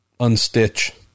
unstitch